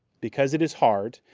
because it is hard,